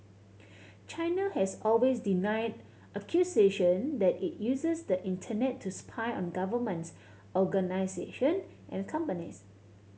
China has always denied accusation that it uses the Internet to spy on governments organisation and companies